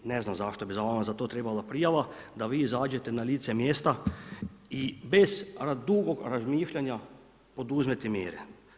Ne znam zašto bi vama za to trebala prijava da vi izađete na lice mjesta i bez dugog razmišljanja poduzmete mjere.